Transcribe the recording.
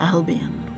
Albion